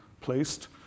placed